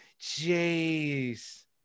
Jeez